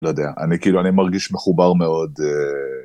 לא יודע, אני כאילו, אני מרגיש מחובר מאוד.